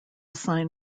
sign